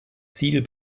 ziel